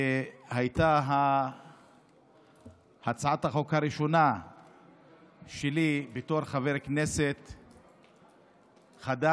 היא הייתה הצעת החוק הראשונה שלי בתור חבר כנסת חדש.